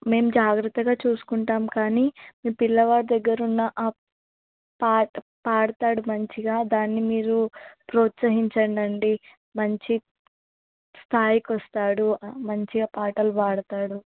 మేము జాగ్రత్తగా చూసుకుంటాము కానీ మీ పిల్లవాడు దగ్గర ఉన్న ఆ పాట పాడుతాడు మంచిగా దాన్ని మీరు ప్రోత్సహించండండి మంచి స్థాయికి వస్తాడు మంచిగా పాటలు పాడతాడు